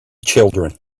children